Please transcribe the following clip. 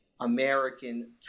American